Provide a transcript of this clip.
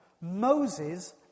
Moses